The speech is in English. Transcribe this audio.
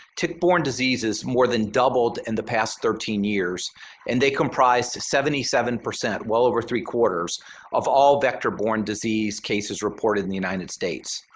tick-borne disease has more than doubled in the past thirteen years and they comprise to seventy seven, well over three-quarters of all vector-borne disease cases reported in the united states.